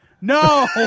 No